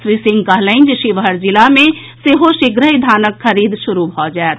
श्री सिंह कहलनि जे शिवहर जिला मे सेहो शीघ्रहि धानक खरीद शुरू भऽ जायत